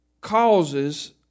causes